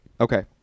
Okay